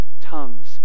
tongues